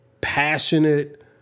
passionate